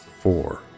four